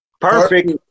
Perfect